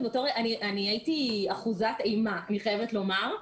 אני הייתי אחוזת אימה, אני חייבת לומר,